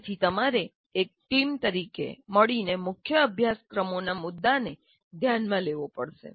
તેથી તમારે એક ટીમ તરીકે મળીને મુખ્ય અભ્યાસક્રમોના મુદ્દાને ધ્યાનમાં લેવો પડશે